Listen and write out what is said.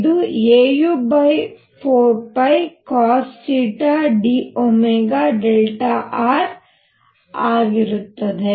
ಇದು au4πcosθdΩΔr ಆಗಿರುತ್ತದೆ